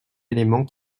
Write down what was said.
éléments